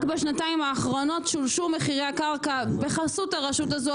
רק בשנתיים האחרונות שולשו מחירי הקרקע בחסות הרשות הזו,